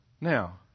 Now